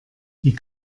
die